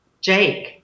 Jake